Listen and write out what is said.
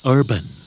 Urban